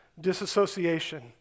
disassociation